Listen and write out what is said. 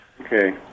Okay